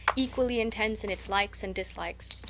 equally intense in its likes and dislikes.